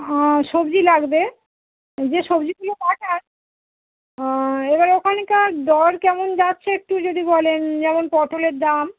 হ্যাঁ সবজি লাগবে যে সবজিগুলো পাঠান এবার ওখানকার দর কেমন যাচ্ছে একটু যদি বলেন যেমন পটলের দাম